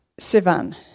Sivan